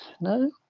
No